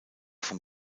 vom